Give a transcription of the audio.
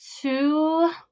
two